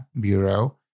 Bureau